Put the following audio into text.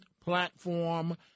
platform